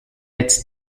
its